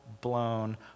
blown